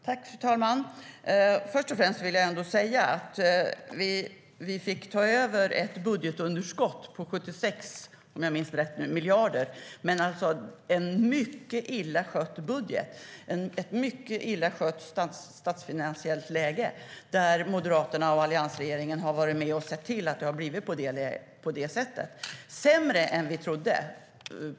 Fru talman! Först och främst vill jag säga att vi fick ta över ett budgetunderskott på - om jag minns rätt - 76 miljarder. Det var en mycket illa skött budget och ett mycket illa skött statsfinansiellt läge, och Moderaterna och alliansregeringen har varit med och sett till att det blivit på det sättet. Det var sämre än vi trodde.